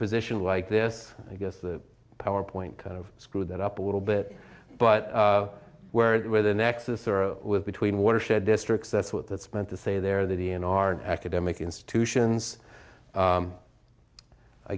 position like this i guess the power point kind of screwed that up a little bit but where it where the nexus there are with between watershed districts that's what that's meant to say there that he in our academic institutions